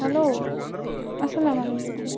hello اَسلامُ علیکُم